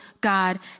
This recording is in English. God